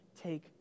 take